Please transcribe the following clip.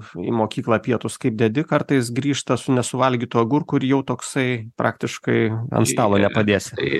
į mokyklą pietūs kaip dedi kartais grįžta su nesuvalgytu agurku ir jau toksai praktiškai ant stalo nepadėsi